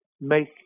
make